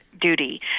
duty